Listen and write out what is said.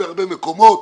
בהרבה מקומות.